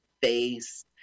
face